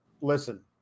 Listen